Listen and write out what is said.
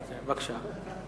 בבקשה.